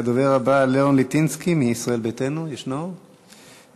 הדובר הבא, לאון ליטינסקי מישראל ביתנו, איננו.